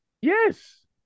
Yes